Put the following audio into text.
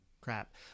crap